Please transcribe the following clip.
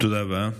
תודה רבה.